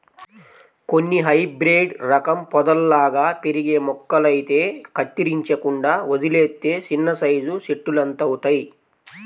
కొన్ని హైబ్రేడు రకం పొదల్లాగా పెరిగే మొక్కలైతే కత్తిరించకుండా వదిలేత్తే చిన్నసైజు చెట్టులంతవుతయ్